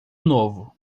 novo